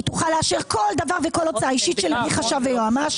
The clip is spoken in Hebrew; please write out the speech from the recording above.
תוכל לאשר כל דבר וכל הוצאה אישית שלי בלי חשב ויועמ"ש.